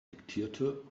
diktierte